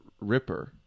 Ripper